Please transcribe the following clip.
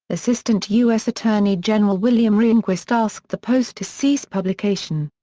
assistant u s. attorney general william rehnquist asked the post to cease publication.